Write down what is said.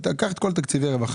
קח את תקציבי הרווחה,